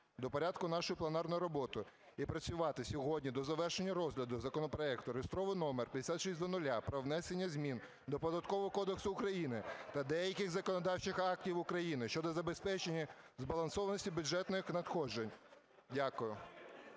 до порядку нашої пленарної роботи і працювати сьогодні до завершення розгляду законопроекту реєстраційний номер 5600 про внесення змін до Податкового кодексу України та деяких законодавчих актів України щодо забезпечення збалансованості бюджетних надходжень. Дякую.